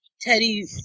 Teddy